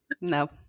No